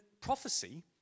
prophecy